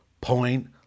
point